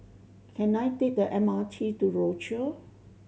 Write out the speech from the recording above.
can I take the M R T to Rochor